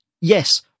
yes